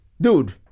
dude